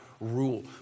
rule